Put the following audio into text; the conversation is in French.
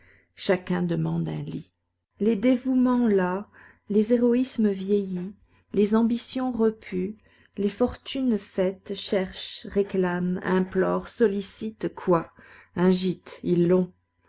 chacun demande un lit les dévouements las les héroïsmes vieillis les ambitions repues les fortunes faites cherchent réclament implorent sollicitent quoi un gîte ils l'ont